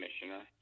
commissioner